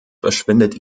verschwindet